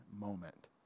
moment